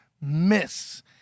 miss